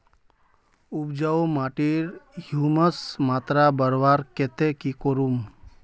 उपजाऊ माटिर ह्यूमस मात्रा बढ़वार केते की करूम?